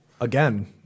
again